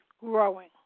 growing